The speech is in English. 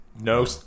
No